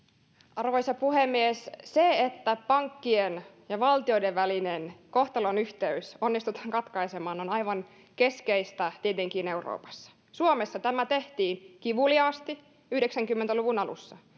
arvoisa puhemies se että pankkien ja valtioiden välinen kohtalonyhteys onnistutaan katkaisemaan on tietenkin aivan keskeistä euroopassa suomessa tämä tehtiin kivuliaasti yhdeksänkymmentä luvun alussa